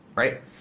Right